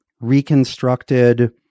reconstructed